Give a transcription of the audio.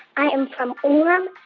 i am from orem,